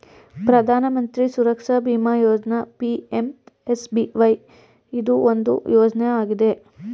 ಪ್ರಧಾನ ಮಂತ್ರಿ ಸುರಕ್ಷಾ ಬಿಮಾ ಯೋಜ್ನ ಪಿ.ಎಂ.ಎಸ್.ಬಿ.ವೈ ಇದು ಒಂದು ಯೋಜ್ನ ಆಗಿದೆ